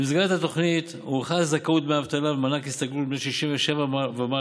במסגרת התוכנית הוארכה הזכאות לדמי אבטלה ומענק ההסתגלות לבני 67 ומעלה